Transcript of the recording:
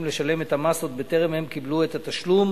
לשלם את המס עוד בטרם הם קיבלו את התשלום